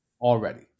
Already